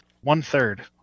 One-third